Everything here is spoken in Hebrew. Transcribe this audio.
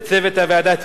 לצוות הוועדה,